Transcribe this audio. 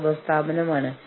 തു വളരെ അനൌപചാരികമാണ്